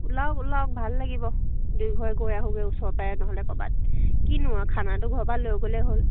ওলাওক ওলাওক ভাল লাগিব দুইঘৰ গৈ আহোঁগৈ ওচৰৰ পৰাই নহ'লে ক'ৰবাত কিনো খানাটো ঘৰৰ পৰাই লৈ গ'লেই হ'ল